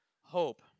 hope